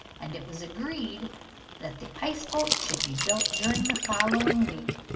and it was agreed that the ice-boat should be built during the following week,